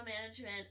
management